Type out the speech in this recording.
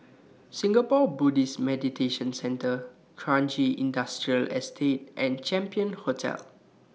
Singapore Buddhist Meditation Centre Kranji Industrial Estate and Champion Hotel